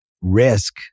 risk